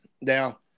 Now